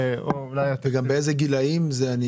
באיזה גילאים זה?